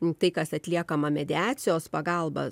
nu tai kas atliekama mediacijos pagalba